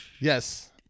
yes